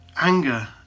anger